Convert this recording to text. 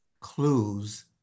clues